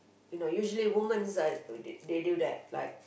you know usually women's uh they they do that like